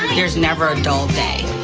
there's never a dull day.